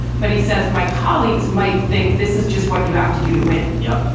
but he says, my colleagues might think this is just what you have to do to win. yep.